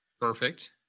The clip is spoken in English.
Perfect